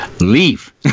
leave